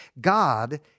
God